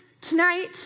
Tonight